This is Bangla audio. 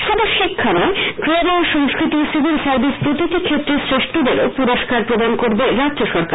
শুধু শিক্ষা নয় ক্রীড়া সংস্কৃতি সিভিল সার্ভিস প্রভৃতি ক্ষেত্রের শ্রেষ্ঠদেরও পুরস্কার প্রদান করবে রাজ্য সরকার